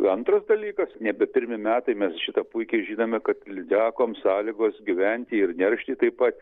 antras dalykas nebe pirmi metai mes šitą puikiai žinome kad lydekoms sąlygos gyventi ir neršti taip pat